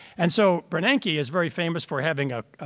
and so bernanke is very famous for having a